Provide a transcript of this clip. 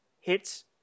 hits